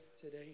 today